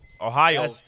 Ohio